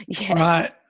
Right